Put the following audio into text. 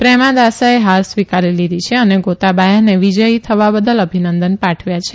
પ્રેમદાસે ફાર સ્વીકારી લીધી છે અને ગોતાબાયાને વિજય થયા બદલ અભિનંદન પાઠવ્યા છે